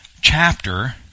chapter